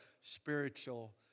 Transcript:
spiritual